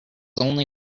only